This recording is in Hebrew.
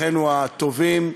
אחינו הטובים,